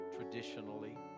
traditionally